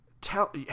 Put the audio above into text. tell